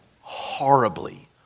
horribly